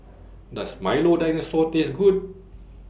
Does Milo Dinosaur Taste Good